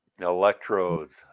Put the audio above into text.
Electrodes